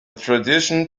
tradition